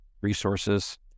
resources